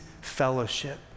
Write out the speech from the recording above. fellowship